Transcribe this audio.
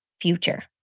future